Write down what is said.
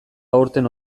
aurten